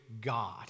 God